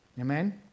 Amen